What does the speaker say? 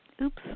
Oops